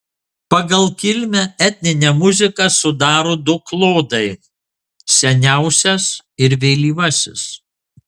pagal kilmę etninę muziką sudaro du klodai seniausias ir vėlyvasis